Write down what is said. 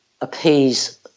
appease